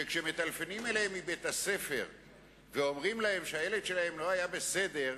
שכשמטלפנים אליהם מבית-הספר ואומרים להם שהילד שלהם לא היה בסדר,